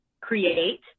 create